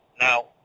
Now